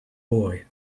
boy